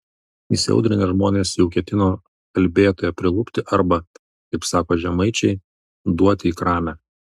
įsiaudrinę žmonės jau ketino kalbėtoją prilupti arba kaip sako žemaičiai duoti į kramę